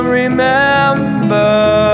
remember